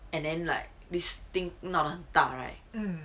and then like this thing 闹得很大 right